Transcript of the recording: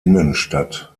innenstadt